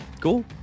cool